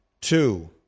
two